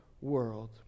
world